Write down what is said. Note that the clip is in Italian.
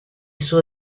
suo